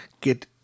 get